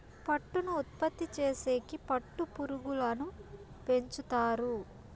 పట్టును ఉత్పత్తి చేసేకి పట్టు పురుగులను పెంచుతారు